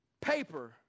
paper